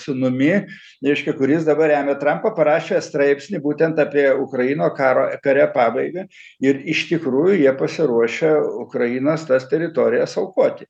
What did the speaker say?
sūnumi reiškia kuris dabar remia trampą parašė straipsnį būtent apie ukraino karo kare pabaigą ir iš tikrųjų jie pasiruošę ukrainos tas teritorijas aukoti